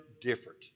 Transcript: different